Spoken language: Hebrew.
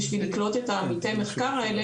בשביל לקלוט את עמיתי המחקר כאלה.